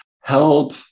help